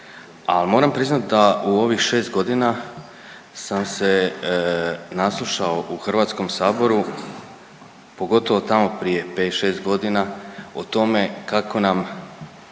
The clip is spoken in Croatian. moram priznati da u ovih 6 godina sam se naslušao u Hrvatskom saboru, pogotovo tamo prije 5-6 godina o tome kako nam